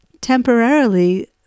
temporarily